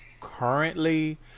currently